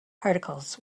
particles